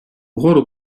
вгору